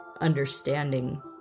understanding